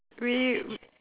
really